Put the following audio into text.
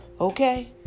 Okay